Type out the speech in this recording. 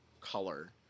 color